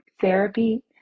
therapy